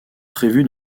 prévue